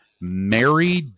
Mary